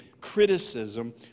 criticism